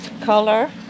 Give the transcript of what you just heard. color